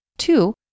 Two